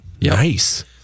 Nice